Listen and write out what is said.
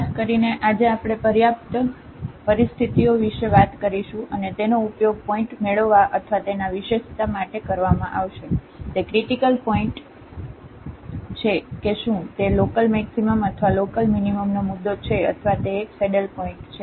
ખાસ કરીને આજે આપણે પર્યાપ્ત પરિસ્થિતિઓ વિશે વાત કરીશું અને તેનો ઉપયોગ પોઇન્ટ મેળવવા અથવા તેના વિશેષતા માટે કરવામાં આવશે તે ક્રિટીકલ પોઇન્ટ છે કે શું તે લોકલમેક્સિમમ અથવા લોકલમીનીમમનો મુદ્દો છે અથવા તે એક સેડલ પોઇન્ટ છે